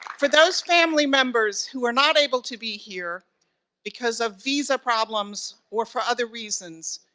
for those family members who are not able to be here because of visa problems or for other reasons.